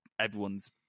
everyone's